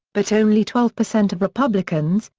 but only twelve percent of republicans,